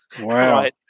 Wow